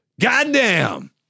Goddamn